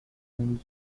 and